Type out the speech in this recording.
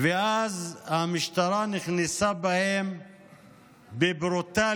ואז המשטרה נכנסה בהם בברוטליות,